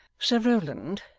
sir rowland,